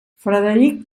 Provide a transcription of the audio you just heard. frederic